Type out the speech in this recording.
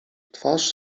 twarz